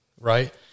right